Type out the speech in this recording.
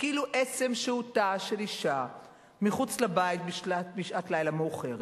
כאילו עצם שהותה של אשה מחוץ לבית בשעת לילה מאוחרת,